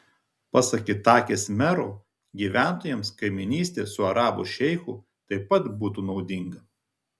pasak itakės mero gyventojams kaimynystė su arabų šeichu taip pat būtų naudinga